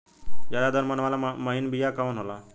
ज्यादा दर मन वाला महीन बिया कवन होला?